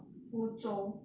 湖州